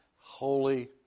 holy